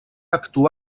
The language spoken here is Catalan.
actua